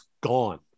gone